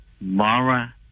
Mara